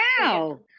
Wow